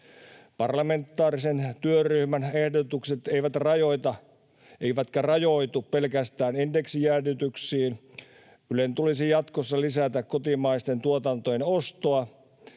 Parlamentaarisen työryhmän ehdotukset eivät rajoita eivätkä rajoitu pelkästään indeksijäädytyksiin. Ylen tulisi jatkossa lisätä kotimaisten tuotantojen ostoa